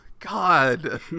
God